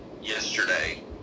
yesterday